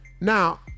Now